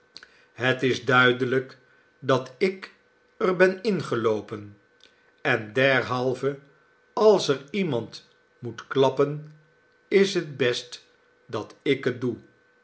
het is duidelijk dat ik er ben ingeloopen en derhalve als er iemand moet klappen is het best dat ik het doe